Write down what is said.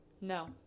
No